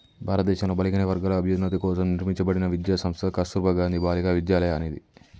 భారతదేశంలో బలహీనవర్గాల అభ్యున్నతి కోసం నిర్మింపబడిన విద్యా సంస్థ కస్తుర్బా గాంధీ బాలికా విద్యాలయ అనేది